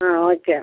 ம் ஓகே